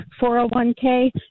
401k